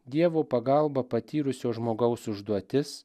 dievo pagalbą patyrusio žmogaus užduotis